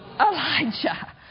Elijah